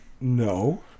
No